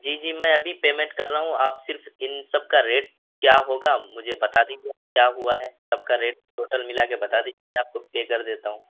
جی جی میں ابھی پیمنٹ کر رہا ہوں آپ صرف ان سب کا ریٹ کیا ہوگا مجھے بتا دیجیے کیا ہوا ہے سب کا ریٹ ٹوٹل ملا کے بتا دیجیے میں آپ کو پے کر دیتا ہوں